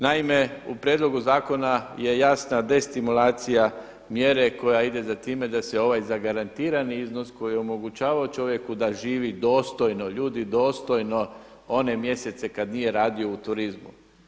Naime, u prijedlogu zakona je jasna destimulacija mjere koja ide za time da se ovaj zagarantirani iznos koji je omogućavao čovjeku da živi dostojno, ljudi dostojno, one mjesece kada nije radio u turizmu.